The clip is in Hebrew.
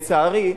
לצערי,